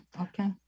okay